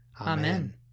Amen